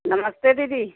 नमस्ते दीदी